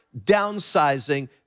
downsizing